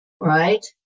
Right